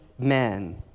men